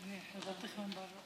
(חוזר על המילים בערבית.)